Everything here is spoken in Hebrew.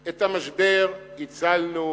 את המשבר הצלנו